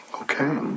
Okay